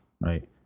Right